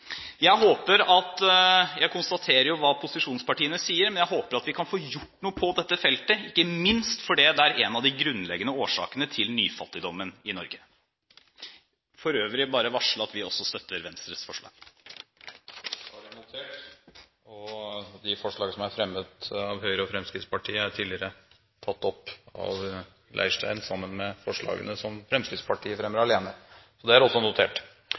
Jeg konstaterer hva posisjonspartiene sier, men jeg håper at vi kan få gjort noe på dette feltet, ikke minst fordi det er en av de grunnleggende årsakene til nyfattigdommen i Norge. For øvrig vil jeg bare varsle at vi også støtter Venstres forslag. Det er gode forslag vi har på bordet i dag, og det er viktige temaer Høyre tar opp. På samme måte som flere andre allerede har vist til i historien, er det også